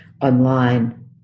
online